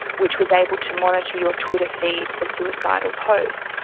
which was able to monitor your twitter feed for suicidal posts,